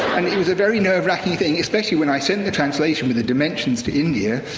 and it was a very nerve-wracking thing, especially when i send the translation with the dimensions to india,